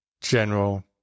general